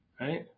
Right